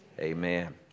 amen